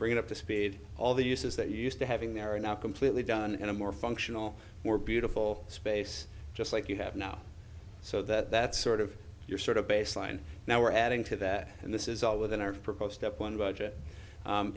bring it up to speed all the uses that you used to having there are now completely done in a more functional more beautiful space just like you have now so that's sort of your sort of baseline now we're adding to that and this is all within our proposed step one budget